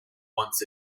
wants